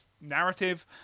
narrative